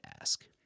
ask